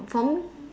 for me